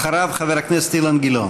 אחריו, חבר הכנסת אילן גילאון.